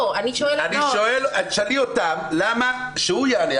לא אני שואלת --- תשאלי אותם למה, שהוא יענה.